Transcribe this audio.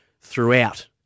throughout